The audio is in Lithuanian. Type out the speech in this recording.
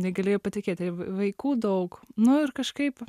negalėjau patikėti vaikų daug nu ir kažkaip